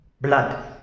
blood